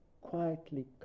quietly